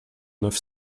neuf